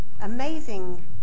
amazing